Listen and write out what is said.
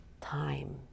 time